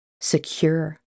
secure